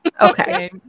okay